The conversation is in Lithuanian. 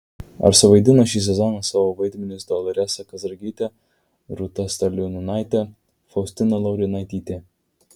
ar suvaidino šį sezoną savo vaidmenis doloresa kazragytė rūta staliliūnaitė faustina laurinaitytė